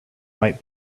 might